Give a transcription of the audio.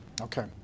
Okay